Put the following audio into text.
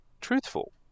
truthful